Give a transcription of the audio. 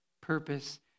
purpose